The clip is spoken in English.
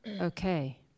Okay